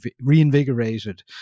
reinvigorated